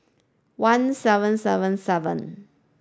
one seven seven seven